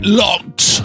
locked